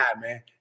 man